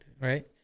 right